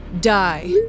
Die